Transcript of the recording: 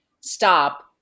stop